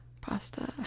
pasta